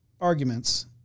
arguments